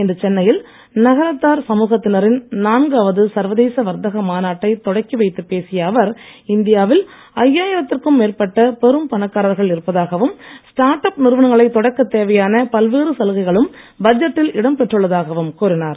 இன்று சென்னையில் நகரத்தார் சமூகத்தினரின் நான்காவது சர்வதேச வர்த்தக மாநாட்டை தொடங்கி வைத்து பேசிய அவர் இந்தியாவில் ஐயாயிரத்திற்கும் மேற்பட்ட பெரும் பணக்காரர்கள் இருப்பதாகவும் ஸ்டார்ட்அப் நிறுவனங்களைத் தொடக்கத் தேவையான பல்வேறு சலுகைகளும் பட்ஜெட்டில் இடம் பெற்றுள்ளதாகவும் கூறினார்